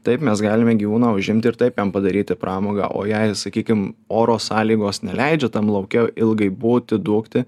taip mes galime gyvūną užimti ir taip jam padaryti pramogą o jei sakykim oro sąlygos neleidžia tam lauke ilgai būti dūkti